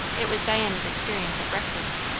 it was diana's experience at breakfast.